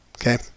okay